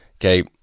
Okay